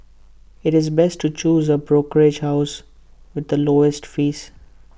IT is best to choose A brokerage house with the lowest fees